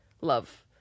love